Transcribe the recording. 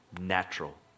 natural